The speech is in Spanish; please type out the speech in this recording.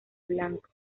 blanco